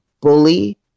bully